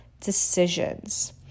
decisions